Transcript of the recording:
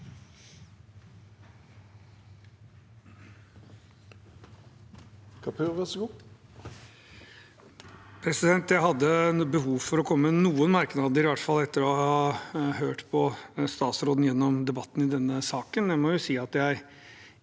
Jeg hadde behov for å komme med noen merknader, i hvert fall etter å ha hørt på statsråden gjennom debatten i denne saken. Jeg må si at jeg